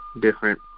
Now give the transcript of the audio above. different